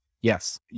Yes